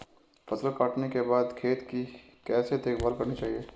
फसल काटने के बाद खेत की कैसे देखभाल करनी चाहिए?